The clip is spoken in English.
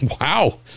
Wow